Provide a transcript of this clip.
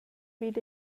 vid